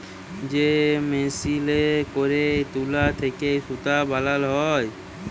যে মেসিলে ক্যইরে তুলা থ্যাইকে সুতা বালাল হ্যয়